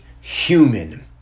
human